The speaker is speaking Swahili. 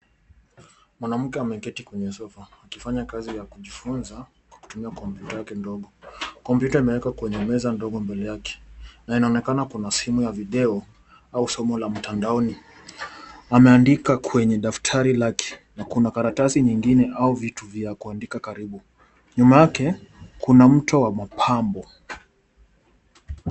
Mwanamke ameketi kwenye sofa akifanya kazi ya kujifunza kwa kutumia kompyuta yake ndogo. Kompyuta imewekwa kwenye meza ndogo mbele yake na inaonekana kuna simu ya video au somo la mtandaoni. Anaandika kwenye daftari lake na kuna karatasi nyingine au vitu vya kuandika karibu. Nyuma yake kuna mto wa mapambo.